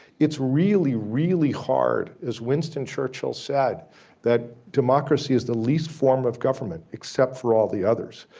it's really really hard, as winston churchill said that democracy is the least form of government except for all the others,